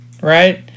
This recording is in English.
Right